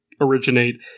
originate